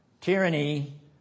Tyranny